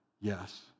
yes